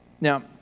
Now